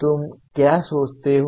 तुम क्या सोचते हो